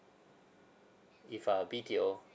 if uh B_T_O